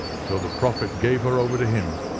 so the prophet gave her over to him.